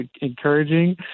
encouraging